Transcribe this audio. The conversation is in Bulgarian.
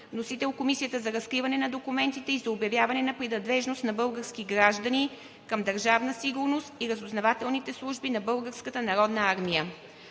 Вносител – Комисията за разкриване на документите и за обявяване на принадлежност на български граждани към Държавна сигурност и разузнавателните служби на